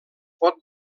pot